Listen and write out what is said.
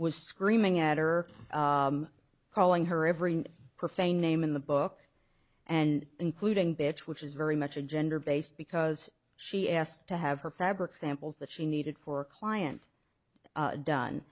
was screaming at her calling her every profane name in the book and including bitch which is very much a gender based because she asked to have her fabric samples that she needed for a client done